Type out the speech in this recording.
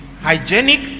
hygienic